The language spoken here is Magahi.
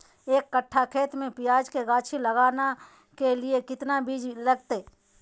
एक कट्ठा खेत में प्याज के गाछी लगाना के लिए कितना बिज लगतय?